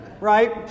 Right